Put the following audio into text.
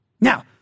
Now